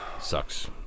Sucks